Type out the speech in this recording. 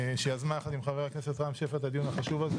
שיזמה עם חבר הכנסת רם שפע את הדיון החשוב הזה,